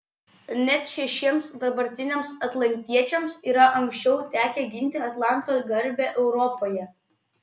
net šešiems dabartiniams atlantiečiams yra anksčiau tekę ginti atlanto garbę europoje